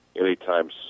anytime